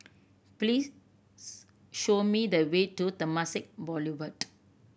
please show me the way to Temasek Boulevard